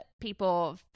people